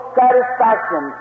satisfaction